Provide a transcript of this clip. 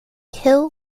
hill